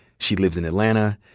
she lives in atlanta.